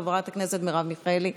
חברת הכנסת מרב מיכאלי,